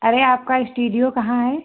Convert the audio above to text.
अरे आपका इस्टीडियो कहाँ है